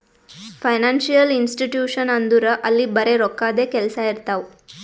financial institution ಅಂದುರ್ ಅಲ್ಲಿ ಬರೆ ರೋಕ್ಕಾದೆ ಕೆಲ್ಸಾ ಇರ್ತಾವ